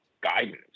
guidance